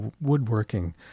woodworking